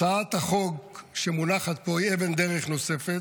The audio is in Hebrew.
הצעת החוק שמונחת פה היא אבן דרך נוספת.